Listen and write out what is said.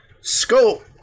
scope